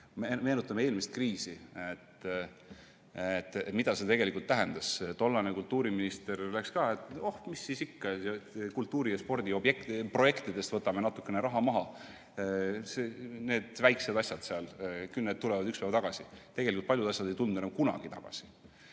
Meenutame eelmist kriisi. Mida see tegelikult tähendas? Tollane kultuuriminister ütles ka, et oh, mis siis ikka, kultuuri- ja spordiobjektide projektidest võtame natukene raha maha, need on väiksed asjad ja küll need tulevad üks päev tagasi. Tegelikult paljud asjad ei tulnud enam kunagi tagasi.